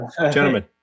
Gentlemen